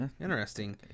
Interesting